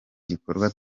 gikorwa